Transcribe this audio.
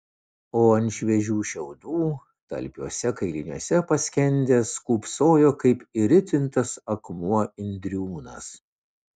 o ant šviežių šiaudų talpiuose kailiniuose paskendęs kūpsojo kaip įritintas akmuo indriūnas